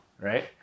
right